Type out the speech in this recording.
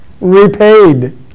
repaid